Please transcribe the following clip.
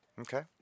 Okay